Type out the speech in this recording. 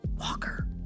Walker